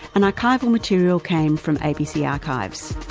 and archival material came from abc archives.